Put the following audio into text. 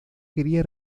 quería